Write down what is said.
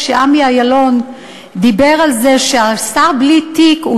כשעמי אילון דיבר על זה ששר בלי תיק הוא